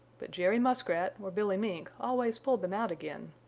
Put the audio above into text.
but jerry muskrat or billy mink always pulled them out again,